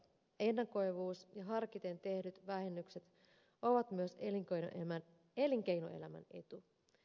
ennakoivuus ja harkiten tehdyt vähennykset ovat myös elinkeinoelämän etu